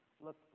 look